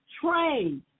train